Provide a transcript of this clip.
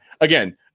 again